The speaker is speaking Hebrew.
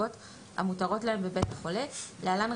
חריגות המותרות להם בבית החולה אחרי פסקה (2) יבוא: